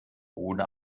ohne